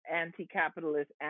anti-capitalist